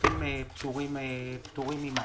הכספים פטורים ממס.